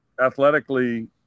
athletically